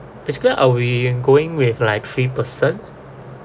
basically uh we in going with like three person